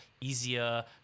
easier